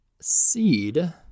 seed